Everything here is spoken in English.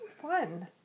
fun